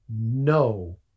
No